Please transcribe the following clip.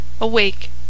awake